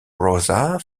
rosa